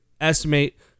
estimate